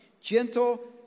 gentle